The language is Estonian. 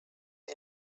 the